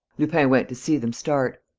lupin went to see them start.